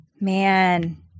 Man